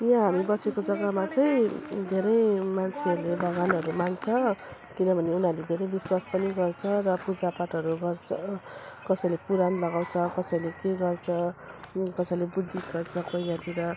यहाँ हामी बसेको जग्गामा चाहिँ धेरै मान्छेहरूले भगवानहरू मान्छ किनभने उनीहरूले धेरै विश्वासहरू पनि गर्छ र पूजापाठहरू गर्छ कसैले पुराण गर्छ कसैले के गर्छ कसैले बुद्धिस्ट गर्छ पहिलातिर